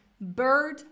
bird